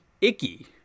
icky